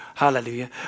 hallelujah